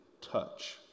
touch